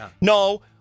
No